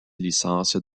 licence